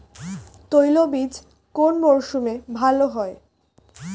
তৈলবীজ কোন মরশুমে ভাল হয়?